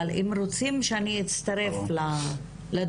אבל אתם רוצים שאני יצטרף לדרישות,